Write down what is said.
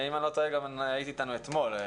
אם אני לא טועה, היית אתנו גם אתמול.